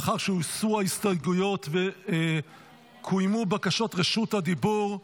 לאחר שהוסרו ההסתייגויות וקוימו בקשות רשות הדיבור,